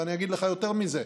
ואני אגיד לך יותר מזה: